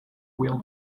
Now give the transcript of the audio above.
wheel